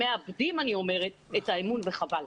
מאבדים את האמון, וחבל.